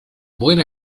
buena